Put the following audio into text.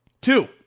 Two